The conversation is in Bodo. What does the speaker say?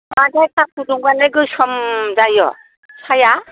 माथो साहा फुदुंबानो गोसोम जायो साहाया